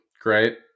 Great